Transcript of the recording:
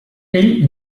ell